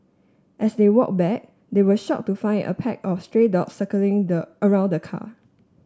as they walk back they were shock to find a pack of stray dog circling the around the car